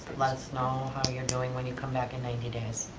let us know how you're doing when you come back in ninety days.